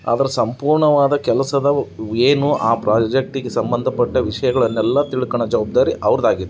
ಅದರ ಸಂಪೂರ್ಣವಾದ ಕೆಲಸದ ಏನು ಆ ಪ್ರೋಜೆಕ್ಟಿಗೆ ಸಂಬಂಧಪಟ್ಟ ವಿಷಯಗಳನ್ನೆಲ್ಲ ತಿಳ್ಕೊಳೋ ಜವಾಬ್ದಾರಿ ಅವ್ರದ್ದಾಗಿತ್ತು